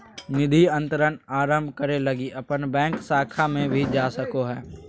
निधि अंतरण आरंभ करे लगी अपन बैंक शाखा में भी जा सको हो